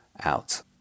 out